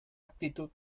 actitud